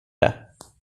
det